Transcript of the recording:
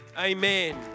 Amen